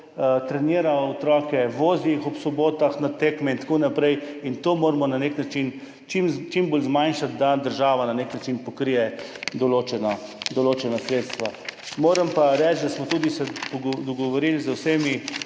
trenira otroke, vozi jih ob sobotah na tekme in tako naprej in to moramo na nek način čim bolj zmanjšati, da država na nek način pokrije določena sredstva. Moram pa reči, da smo se tudi dogovorili z vsemi